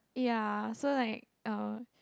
ya so like uh